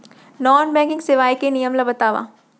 Non banking सेवाएं के नियम ला बतावव?